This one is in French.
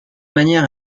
manière